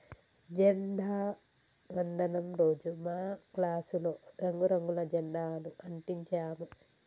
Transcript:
జెండా వందనం రోజు మా క్లాసులో రంగు రంగుల జెండాలు అంటించాము